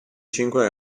cinque